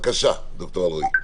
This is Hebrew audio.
בבקשה, ד"ר אלרעי.